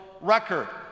record